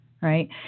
right